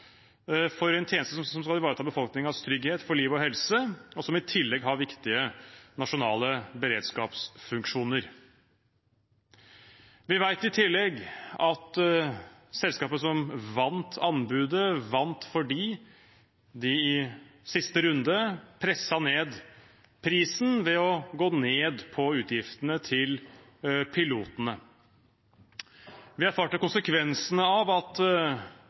for en tjeneste som skal ivareta befolkningens trygghet for liv og helse, og som i tillegg har viktige nasjonale beredskapsfunksjoner. Vi vet i tillegg at selskapet som vant anbudet, vant fordi de i siste runde presset ned prisen ved å gå ned på utgiftene til piloter. Vi erfarte konsekvensene av at